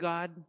God